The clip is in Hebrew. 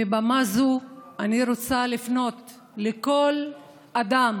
מבמה זו אני רוצה לפנות לכל אדם